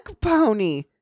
Pony